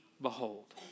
behold